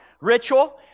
ritual